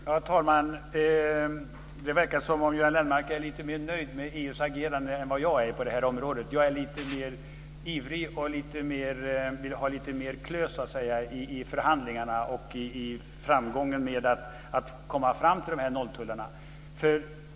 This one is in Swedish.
Herr talman! Det verkar som om Göran Lennmarker är lite mer nöjd med EU:s agerande på det här området än vad jag är. Jag är lite mer ivrig och vill ha lite mer klös, så att säga, i förhandlingarna och i framgången med att komma fram till de här nolltullarna.